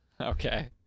okay